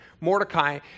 Mordecai